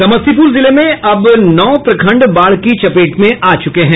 समस्तीपुर जिले में अब नौ प्रखंड बाढ़ की चपेट में आ चुके हैं